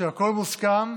כשהכול מוסכם,